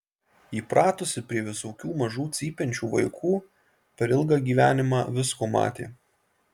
įpratusi prie visokių mažų cypiančių vaikų per ilgą gyvenimą visko matė